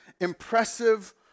impressive